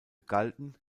galten